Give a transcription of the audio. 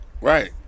Right